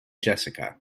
jessica